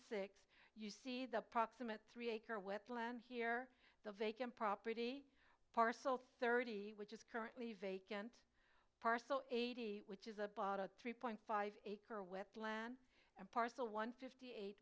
six you see the proximate three acre wetland here the vacant property parcel thirty which is currently vacant parcel eighty which is a three point five acre with land and parcel one fifty eight